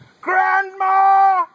Grandma